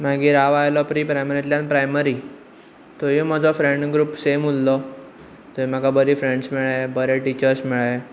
मागीर हांव आयलो प्री प्रायमरींतल्यान प्रायमरींत थंय म्हजो फ्रेंड ग्रुप सेम उरलो थंय म्हाका बरी फ्रेंड्स मेळ्ळे बरी टिचर्स मेळ्ळे